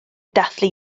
dathlu